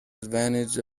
advantage